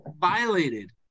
violated